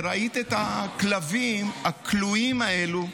ראית את הכלבים הכלואים האלה,